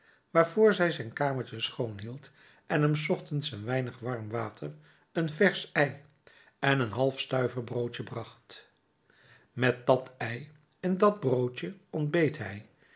waarvoor zij zijn kamertje schoon hield en hem s ochtends een weinig warm water een versch ei en een halfstuiversbroodje bracht met dat ei en dat broodje ontbeet hij